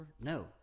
No